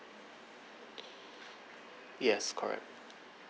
yes correct